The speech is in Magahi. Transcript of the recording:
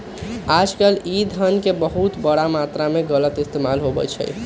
आजकल ई धन के बहुत बड़ा मात्रा में गलत इस्तेमाल भी होबा हई